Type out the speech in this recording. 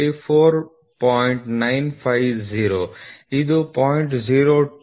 950 ಇದು 0